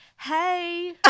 Hey